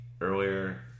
earlier